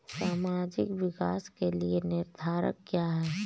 सामाजिक विकास के निर्धारक क्या है?